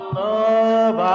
love